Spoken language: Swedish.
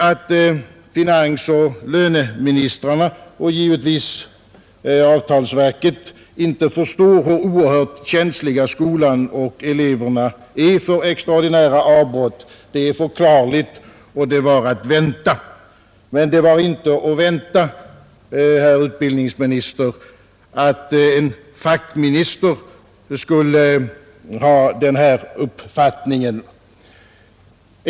Att finansoch löneministrarna och givetvis avtalsverket inte förstår hur oerhört känsliga skolan och eleverna är för extraordinära avbrott är förklarligt, och det var att vänta. Men det var inte att vänta, herr utbildningsminister, att en fackminister skulle ha denna uppfattning.